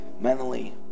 mentally